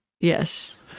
Yes